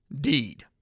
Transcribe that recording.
deed